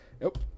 Nope